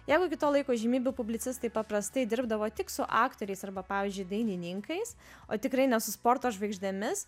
jeigu igi to laiko įžymybių publicistai paprastai dirbdavo tik su aktoriais arba pavyzdžiui dainininkais o tikrai ne su sporto žvaigždėmis